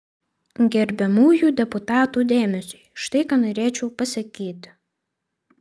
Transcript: gerbiamųjų deputatų dėmesiui štai ką norėčiau pasakyti